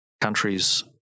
countries